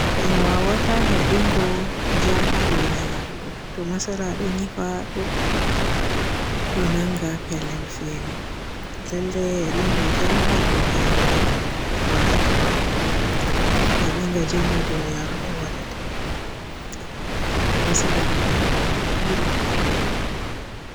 En wawata hebingo jam haa duniyaru to masala ɗo yiifa hadɗo ɗo nanga haa pellel fere. Lallay hebingo jam haa duniyaru ɗo waadata.. Hebinga jam haa duniyaru ɗo waadata matsala duniyaru may duudi